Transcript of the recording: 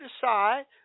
decide